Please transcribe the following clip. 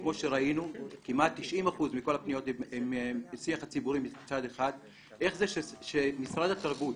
כמו שראינו כמעט 90% מכל הפניות איך זה שמשרד התרבות,